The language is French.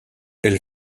elle